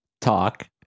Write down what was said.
talk